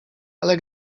ale